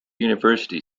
university